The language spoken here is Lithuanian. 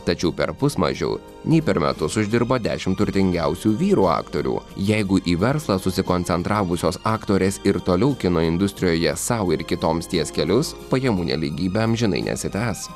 tačiau perpus mažiau nei per metus uždirba dešim turtingiausių vyrų aktorių jeigu į verslą susikoncentravusios aktorės ir toliau kino industrijoje sau ir kitoms ties kelius pajamų nelygybė amžinai nesitęs